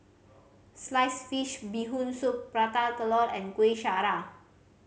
sliced fish Bee Hoon Soup Prata Telur and Kuih Syara